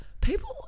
People-